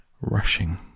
rushing